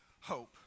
hope